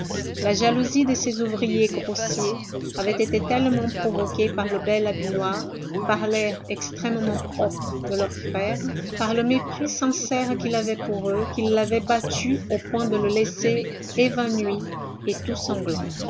la jalousie de ces ouvriers grossiers avait été tellement provoquée par le bel habit noir par l'air extrêmement propre de leur frère par le mépris sincère qu'il avait pour eux qu'ils l'avaient battu au point de le laisser évanoui et tout sanglant